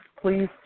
please